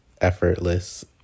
effortless